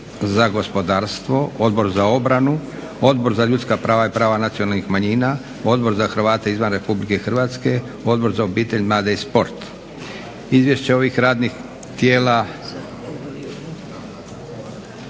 za gospodarstvo, Odbor za obranu, Odbor za ljudska prava i prava nacionalnih manjina, Odbor za Hrvate izvan Republike Hrvatske, Odbor za obitelj, mlade i sport, Odbor za regionalni